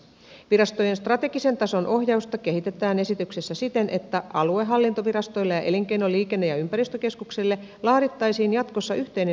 virastojen strategisen tason ohjausta kehitetään esityksessä siten että aluehallintovirastoille ja elinkeino liikenne ja ympäristökeskuksille laadittaisiin jatkossa yhteinen strategia asiakirja